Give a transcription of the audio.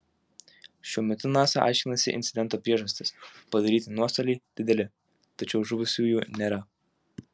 šiuo metu nasa aiškinasi incidento priežastis padaryti nuostoliai dideli tačiau žuvusiųjų nėra